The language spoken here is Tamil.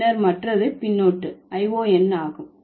பின்னர் மற்ற பின்னொட்டு ion ஆகும்